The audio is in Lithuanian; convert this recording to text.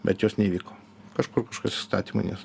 bet jos neįvyko kažkur kažkas įstatymai nes